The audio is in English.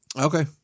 Okay